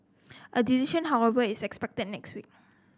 a decision however is expected next week